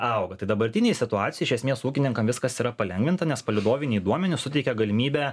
auga tai dabartinėj situacijoj iš esmės ūkininkam viskas yra palengvinta nes palydoviniai duomenys suteikia galimybę